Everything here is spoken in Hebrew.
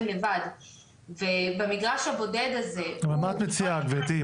לבד ובמגרש הבודד הזה --- אבל מה אתה מציעה גברתי?